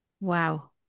Wow